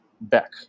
back